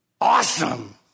Awesome